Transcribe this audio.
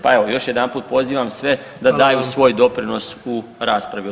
Pa evo, još jedanput pozivam sve da daju svoj doprinos u raspravi o tom…